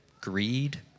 greed